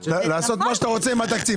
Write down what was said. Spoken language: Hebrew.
לעשות מה שאתם רוצים עם התקציב.